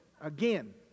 Again